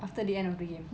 after the end of the game